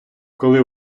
коли